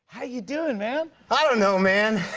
how you doing, man? i don't know, man.